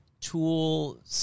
Tool